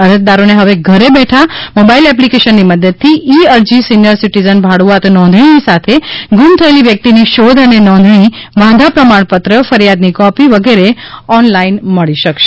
અરજદારોને હવે ઘેરબેઠા મોબાઇલ એપ્લીકેશનની મદદથી ઇ અરજી સિનિયર સીટીઝન ભાડુઆત નોંધણીની સાથે ગુમ થયેલી વ્યકિતની શોધ અને નોધણી વાંધા પ્રમાણપત્ર ફરીયાદની કોપી વગેરે ઓનલાઇન મળી શકશે